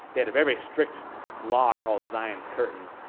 they had a very strict law called zion's curtain,